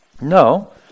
No